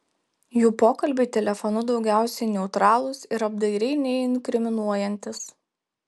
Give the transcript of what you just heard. jų pokalbiai telefonu daugiausiai neutralūs ir apdairiai neinkriminuojantys